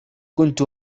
كنت